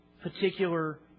particular